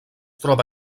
troba